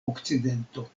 okcidento